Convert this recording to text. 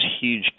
huge